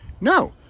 no